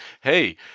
hey